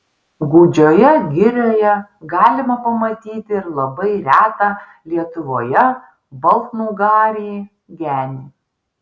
gūdžioje girioje galima pamatyti ir labai retą lietuvoje baltnugarį genį